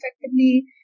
effectively